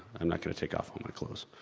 i'm not gonna take off all my clothes.